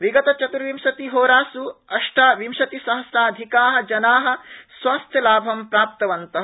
विगतचत्र्विशंतिहोरास् अष्टाविंशंतिसहस्राधिका जना स्वास्थ्यलाभं प्राप्तवन्तः